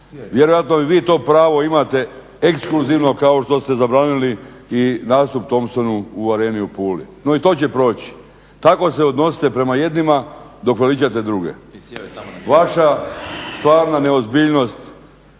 vjerojatno vi to pravo imate ekskluzivno kao što ste zabranili i nastup Tompsonu u areni u Puli, no i to će proći. Kako se odnosite prema jednima dok veličate druge. Vaša stvarna neozbiljnost,